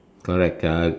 correct uh